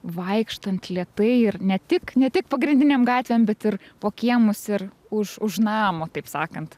vaikštant lėtai ir ne tik ne tik pagrindinėm gatvėm bet ir po kiemus ir už už namo taip sakant